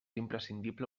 imprescindible